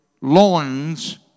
loins